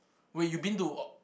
wait you been to